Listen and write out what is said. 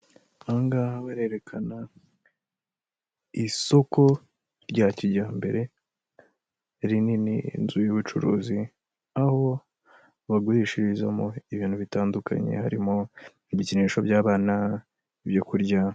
Aha ngaha barerekana isoko rya kijyambere rinini, inzu y'ubucuruzi aho bagurishirizamo ibintu bitandukanye harimo ibikinisho by'abana, ibyo kurya...